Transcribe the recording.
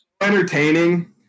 entertaining